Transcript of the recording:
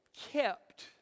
kept